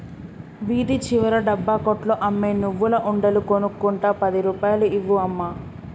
వీధి చివర డబ్బా కొట్లో అమ్మే నువ్వుల ఉండలు కొనుక్కుంట పది రూపాయలు ఇవ్వు అమ్మా